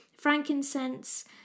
Frankincense